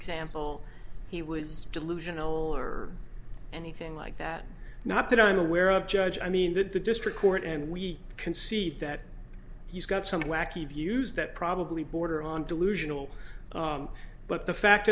example he was delusional or anything like that not that i'm aware of judge i mean that the district court and we can see that he's got some wacky views that probably border on delusional but the fact